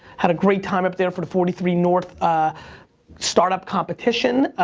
had a great time up there for the forty three north startup competition.